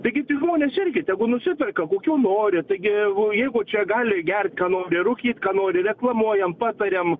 taigi tie žmonės irgi tegu nusiperka kokių nori taigi o jeigu čia gali gert ką nori rūkyt ką nori reklamuojam patariam